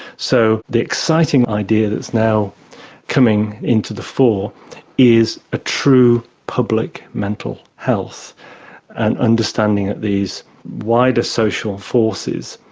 so the exciting idea that's now coming into the fore is a true public mental health and understanding that these wider social forces,